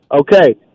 Okay